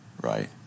Right